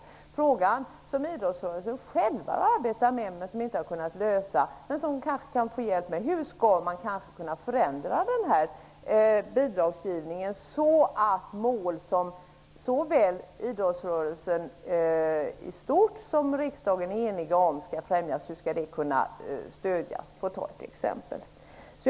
Det är frågor som idrottsrörelsen har arbetat med men inte kunnat lösa. Man kan då få hjälp med att t.ex. utreda hur man kan förändra bidragsgivningen så att mål som såväl idrottsrörelsen i stort som riksdagen är eniga om skall kunna främjas.